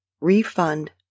refund